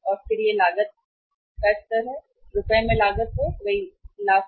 और फिर यह लागत ले रहा था रुपये में लागत फिर से ले सही लाख